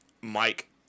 Mike